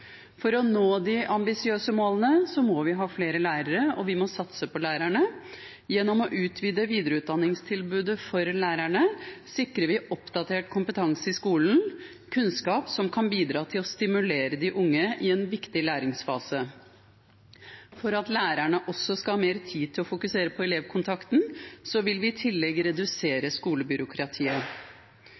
For å nå de ambisiøse målene må vi ha flere lærere, og vi må satse på lærerne. Gjennom å utvide videreutdanningstilbudet for lærerne sikrer vi oppdatert kompetanse i skolen, kunnskap som kan bidra til å stimulere de unge i en viktig læringsfase. For at lærerne også skal ha mer tid til å fokusere på elevkontakten, vil vi i tillegg redusere skolebyråkratiet.